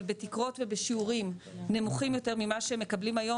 בתקרות ובשיעורים נמוכים יותר ממה שהם מקבלים היום,